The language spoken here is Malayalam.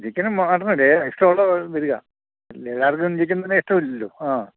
ചിക്കനും മട്ടനും ഇഷ്ടമുള്ളത് വരിക ചിക്കൻ തന്നെ ഇഷ്ടമില്ലല്ലോ ആ